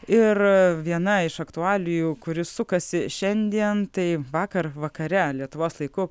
ir viena iš aktualijų kuri sukasi šiandien tai vakar vakare lietuvos laiku